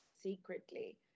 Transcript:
secretly